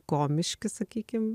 komiški sakykim